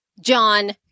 John